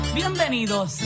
bienvenidos